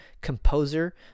composer